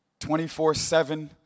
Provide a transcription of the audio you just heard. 24-7